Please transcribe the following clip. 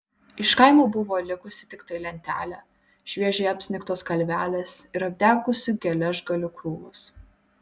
iš kaimo buvo likusi tiktai lentelė šviežiai apsnigtos kalvelės ir apdegusių geležgalių krūvos